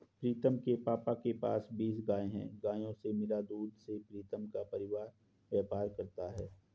प्रीतम के पापा के पास बीस गाय हैं गायों से मिला दूध से प्रीतम का परिवार व्यापार करता है